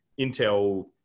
Intel